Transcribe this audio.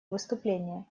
выступление